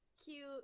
cute